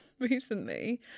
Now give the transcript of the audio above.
recently